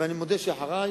ואני מודה שאחרי,